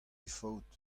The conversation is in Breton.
faot